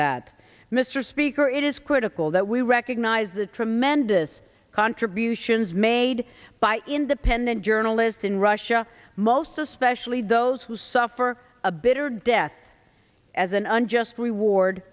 that mr speaker it is critical that we recognize the tremendous contributions made by independent journalists in russia most especially those who suffer a bitter death as an unjust reward